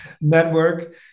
network